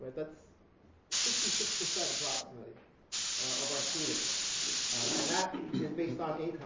that's sixty six percent approximately of our students and that is based on